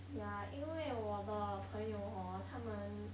yeah 因为我的朋友 hor 他们